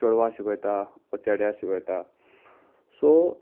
चेडवां शिकयता व चेड्या शिकोयता सो